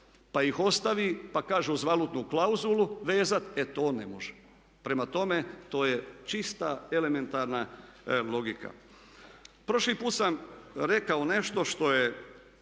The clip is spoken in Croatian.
pa ih ostavi pa kaže uz valutnu klauzulu vezati, e to ne može. Prema tome, to je čista elementarna logika. Prošli put sam rekao nešto što